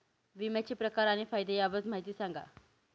विम्याचे प्रकार आणि फायदे याबाबत माहिती सांगा